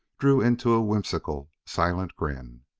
drew into a whimsical, silent grin.